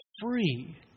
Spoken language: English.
free